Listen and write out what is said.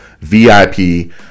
VIP